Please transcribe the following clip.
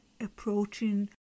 approaching